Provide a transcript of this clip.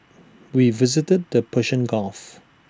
we visited the Persian gulf